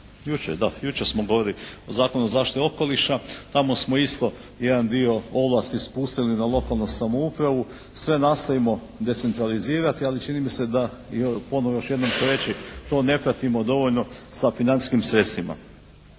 da, smo govorili o Zakonu o zaštiti okoliša. Tamo smo isto jedan dio ovlasti spustili na lokalnu samoupravu, sve nastojimo decentralizirati, ali čini mi se da je i ponovo još jednom ću reći, to ne pratimo dovoljno sa financijskim sredstvima.